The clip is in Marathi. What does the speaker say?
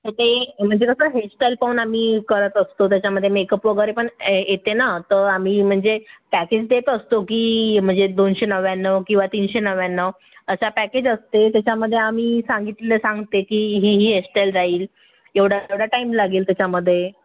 त ते म्हणजे कसं हेअरस्टाईल पाहून आम्ही करत असतो त्याच्यामध्ये मेकअप वगैरे पण ए येते ना तर आम्ही म्हणजे पॅकेज देत असतो की म्हणजे दोनशे नव्याण्णव किंवा तीनशे नव्याण्णव अशा पॅकेज असते त्याच्यामध्ये आम्ही सांगितलं सांगते की ही ही हेअरस्टाईल राहील एवढा एवढा टाईम लागेल त्याच्यामध्ये